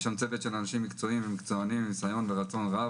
יש שם צוות של אנשים מקצועיים ומקצוענים עם ניסיון ורצון רב,